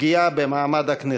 פגיעה במעמד הכנסת".